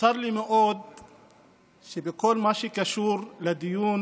צר לי מאוד שבכל מה שקשור לדיון